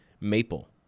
Maple